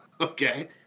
Okay